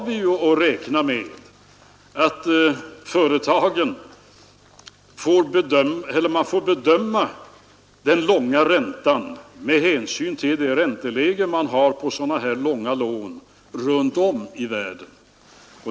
Vi bör emellertid bedöma ränteläget med hänsyn till den ränta vi har på långa lån runt om i världen.